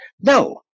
No